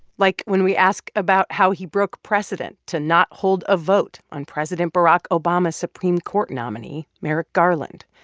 like when we ask about how he broke precedent to not hold a vote on president barack obama's supreme court nominee merrick garland.